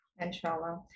inshallah